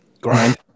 grind